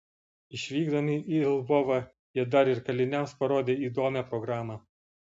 išvykdami į lvovą jie dar ir kaliniams parodė įdomią programą